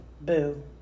Boo